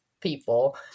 people